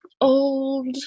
old